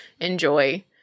enjoy